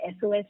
SOS